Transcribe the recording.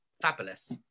fabulous